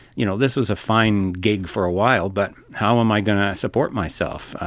you know this was a fine gig for a while, but how am i going to support myself,